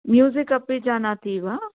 music अपि जानाति वा